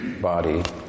body